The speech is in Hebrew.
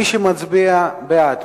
מי שמצביע בעד,